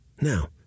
Now